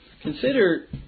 Consider